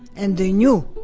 and they knew,